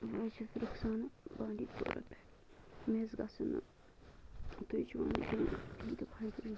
بہٕ حظ چھیٚس رُخسانہ بانٛڈی پورہ پٮ۪ٹھ مےٚ حظ گَژُھن ٲں